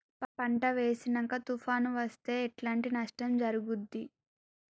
పంట వేసినంక తుఫాను అత్తే ఎట్లాంటి నష్టం జరుగుద్ది?